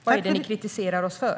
Vad är det ni kritiserar oss för?